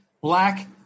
Black –